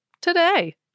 Today